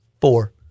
four